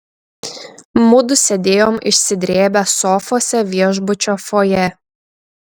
mudu sėdėjom išsidrėbę sofose viešbučio fojė